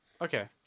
Okay